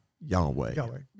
yahweh